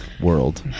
world